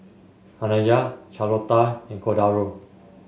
Anaya Charlotta and Cordaro